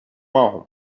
معهم